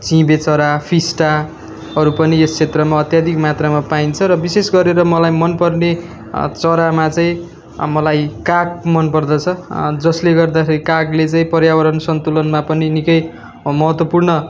चिबे चरा फिस्टाहरू पनि यस क्षेत्रमा अत्यधिक मात्रामा पाइन्छ र विशेष गरेर मलाई मनपर्ने चरामा चाहिँ अब मलाई काग मन पर्दछ जसले गर्दाखेरि कागले चाहिँ पर्यावरण सन्तुलनमा पनि निकै महत्त्वपूर्ण